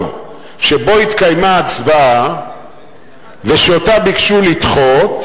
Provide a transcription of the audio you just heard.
שבו התקיימה ההצבעה שאותה ביקשו לדחות,